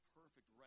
perfect